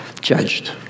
judged